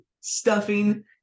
stuffing